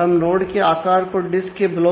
हम एन करीब